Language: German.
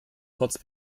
kurz